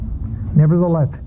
Nevertheless